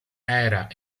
era